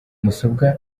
musombwa